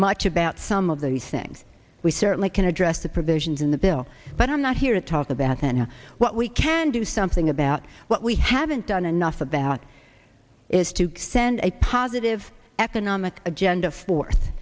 much about some of these things we certainly can address the provisions in the bill but i'm not here to talk about than what we can do something about what we haven't done enough about is to send a positive economic agenda forth